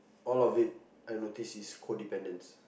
all of it was I noticed was codependents